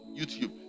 YouTube